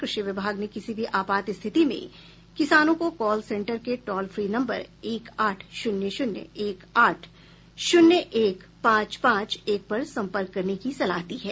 कृषि विभाग ने किसी भी आपात स्थिति में किसानों को कॉल सेन्टर के टोल फ्री नम्बर एक आठ शून्य शून्य एक आठ शून्य एक पांच पांच एक पर सम्पर्क करने की सलाह दी है